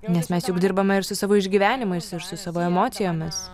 nes mes juk dirbame ir su savo išgyvenimais ir su savo emocijomis